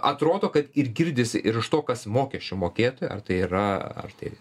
atrodo kad ir girdisi ir iš to kas mokesčių mokėtojo ar tai yra ar tai